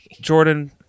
Jordan